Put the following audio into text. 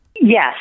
Yes